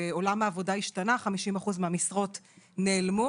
עולם העבודה השתנה ו- 50% מהמשרות נעלמו.